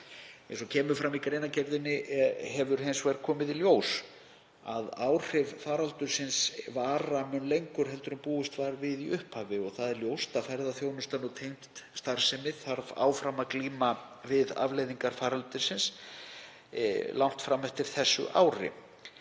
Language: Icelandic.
Eins og kemur fram í greinargerðinni hefur hins vegar komið í ljós að áhrif faraldursins vara mun lengur en búist var við í upphafi og ljóst að ferðaþjónustan og tengd starfsemi þarf áfram að glíma við afleiðingar faraldursins langt fram eftir þessu ári.